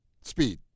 Speed